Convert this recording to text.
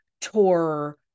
tour